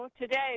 today